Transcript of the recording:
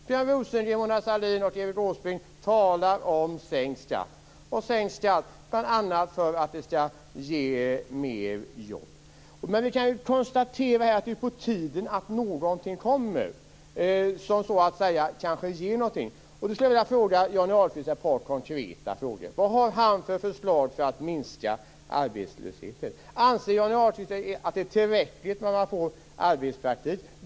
Björn Rosengren, Mona Sahlin och Erik Åsbrink talar om sänkt skatt, bl.a. för att det skall ge mer jobb. Vi kan konstatera att det är på tiden att någonting kommer som kanske ger någonting. Jag skulle vilja fråga Johnny Ahlqvist ett par konkreta frågor: Vad har han för förslag för att minska arbetslösheten? Anser Johnny Ahlqvist att det är tillräckligt att man får arbetspraktik?